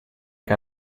che